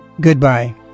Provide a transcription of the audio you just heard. Goodbye